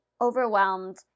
overwhelmed